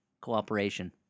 cooperation